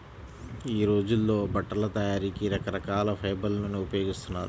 యీ రోజుల్లో బట్టల తయారీకి రకరకాల ఫైబర్లను ఉపయోగిస్తున్నారు